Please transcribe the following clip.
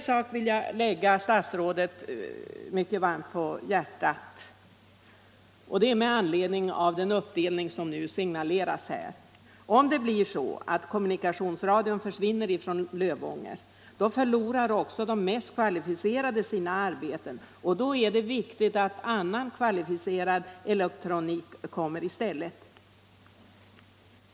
En sak vill jag lägga statsrådet mycket varmt om hjärtat med anledning av den uppdelning av produktionen som signaleras här. Om det blir så att kommunikationsradion försvinner från Lövånger förlorar också de mest kvalificerade sina arbeten, och då är det viktigt att annan kvalificerad elektronik kommer dit i stället.